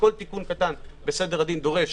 וכל תיקון קטן בסדר הדין דורש